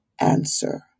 answer